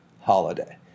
holiday